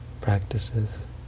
practices